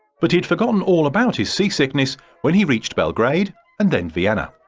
but he had forgotten all about his se sickness when he reached belgrade and then vienna.